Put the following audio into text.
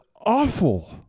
awful